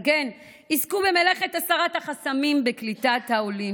על כן עסקו במלאכת הסרת החסמים בקליטת העולים,